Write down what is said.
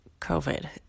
COVID